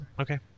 Okay